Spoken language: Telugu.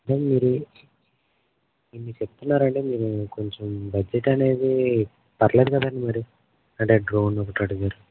మీరూ ఇన్ని చెప్తున్నారంటే మీరు కొంచం బడ్జెట్ అనేది పర్లేదు కదా మరి అంటే డ్రోను గట్ర అడిగారు